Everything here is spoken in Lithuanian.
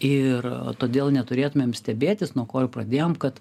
ir todėl neturėtumėm stebėtis nuo ko pradėjom kad